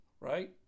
right